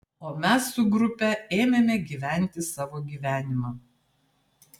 o mes su grupe ėmėme gyventi savo gyvenimą